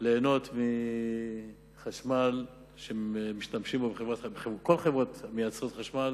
ליהנות מחשמל שמשתמשות בו כל החברות המייצרות חשמל